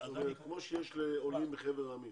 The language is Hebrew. כמו שיש לעולים מחבר העמים.